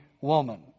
woman